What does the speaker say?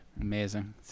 Amazing